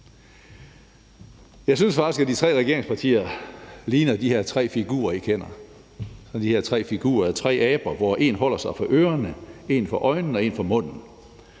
Jeg synes faktisk, at de tre regeringspartier ligner de her tre figurer, I kender, altså de her tre aber; en holder sig for ørerne, en for øjnene, og en for munden.